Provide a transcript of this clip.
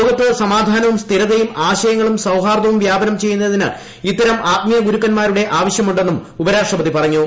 ലോകത്ത് സമാധാനവും സ്ഥിരതയും ആശയങ്ങളും സൌഹാർദ്ദവും വ്യാപനം ചെയ്യുന്നതിന് ഇത്തരം ആത്മീയ ഗുരുക്കന്മാരുടെ ആവശ്യമുണ്ടെന്നും ഉപർാഷ്ട്രപതി പറഞ്ഞു